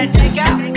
takeout